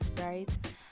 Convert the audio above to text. right